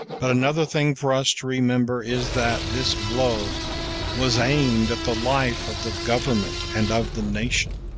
but another thing for us to remember is that this blow was aimed at the life of the government and of the nation.